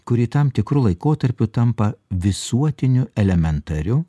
kuri tam tikru laikotarpiu tampa visuotiniu elementariu